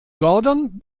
gordon